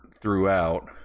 throughout